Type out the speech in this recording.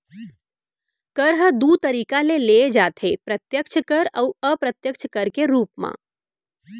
कर ह दू तरीका ले लेय जाथे प्रत्यक्छ कर अउ अप्रत्यक्छ कर के रूप म